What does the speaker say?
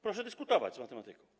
Proszę dyskutować z matematyką.